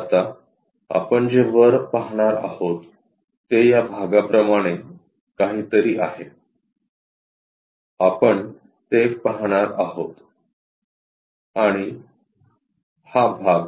आता आपण जे वर पाहणार आहोत ते या भागाप्रमाणे काहीतरी आहे आपण ते पाहणार आहोत आणि हा भाग